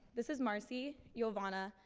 this is marcy, jovana,